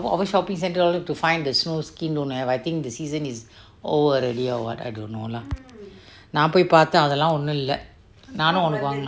all over shopping centre find the snow smooth skin don't have I think the season is over already or what lah நா போய் பாத்தேன் அதெல்லாம் ஒன்னும் இல்ல நானும் உனக்கு வாங்குனே:naa poi paathen athellam onnum illa naanum unakku vaanggune